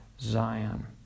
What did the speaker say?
Zion